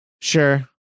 Sure